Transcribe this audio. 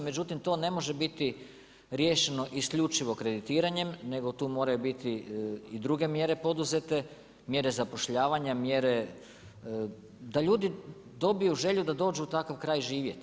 Međutim to ne može biti riješeno isključivo kreditiranjem, nego tu moraju biti i druge mjere poduzete, mjere zapošljavanja, da ljudi dobiju želju da dođu u takav kraj živjeti.